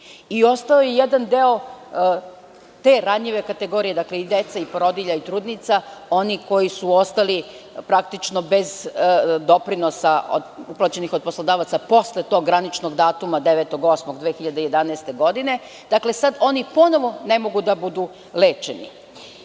Ostao je jedan deo te ranjive kategorije, dakle, i dece i porodilja i trudnica, onih koji su ostali praktično bez doprinosa uplaćenih od poslodavaca posle tog graničnog datuma 9. avgusta 2011. godine. Dakle, sad oni ponovo ne mogu da budu lečeni. Moram